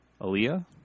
Aaliyah